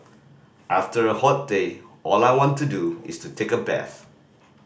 after a hot day all I want to do is to take a bath